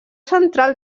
central